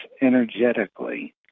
energetically